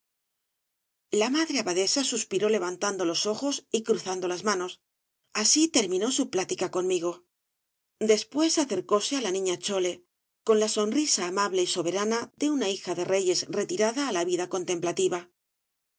la madre abadesa suspiró levantando los ojos y cruzando las manos así terminó su plática conmigo después acercóse á la niña chole con la sonrisa amable y soberana de m obras de valle inclan s una hija de reyes retirada á la vida contemplativa